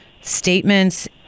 statements